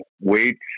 weights